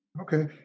Okay